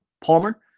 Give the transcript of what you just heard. Palmer